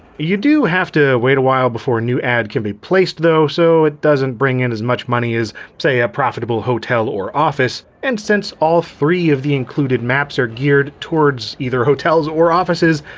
you do have to wait a while before a new ad can be placed though, so it doesn't bring in as much money as, say, a profitable hotel or office. and since all three of the included maps are geared towards either hotels or offices,